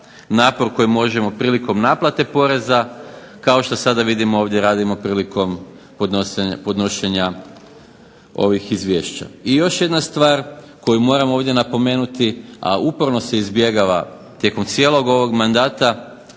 napor koji možemo prilikom naplate poreza, kao što sada vidimo ovdje radimo prilikom podnošenja ovih izvješća. I još jedna stvar, koju moram ovdje napomenuti, a uporno se izbjegava tijekom cijelog ovog mandata